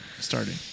Starting